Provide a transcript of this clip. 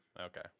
Okay